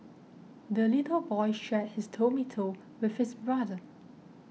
the little boy shared his tomato with his brother